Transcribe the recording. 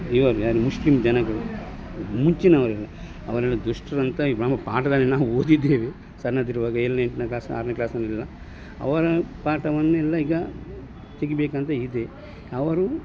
ಇವರು ಯಾರು ಮುಸ್ಲಿಮ್ ಜನಗಳು ಮುಂಚಿನವರೆಲ್ಲ ಅವರೆಲ್ಲ ದುಷ್ಟರಂತ ನಾವು ಪಾಠದಲ್ಲಿ ನಾವು ಓದಿದ್ದೇವೆ ಸಣ್ಣಲ್ಲಿರುವಾಗ ಏಳನೇ ಎಂಟನೇ ಕ್ಲಾಸ್ ಆರನೇ ಕ್ಲಾಸಿನಲ್ಲೆಲ್ಲ ಅವರ ಪಾಠವನ್ನೆಲ್ಲ ಈಗ ತೆಗಿಬೇಕಂತ ಇದೆ ಅವರು